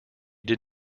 did